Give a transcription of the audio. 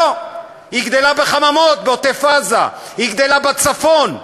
לא, היא גדלה בחממות בעוטף-עזה, היא גדלה בצפון,